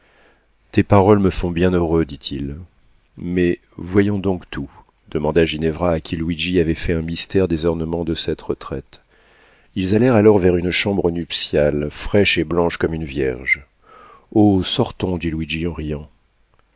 tes paroles me font bien heureux dit-il mais voyons donc tout demanda ginevra à qui luigi avait fait un mystère des ornements de cette retraite ils allèrent alors vers une chambre nuptiale fraîche et blanche comme une vierge oh sortons dit